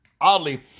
Oddly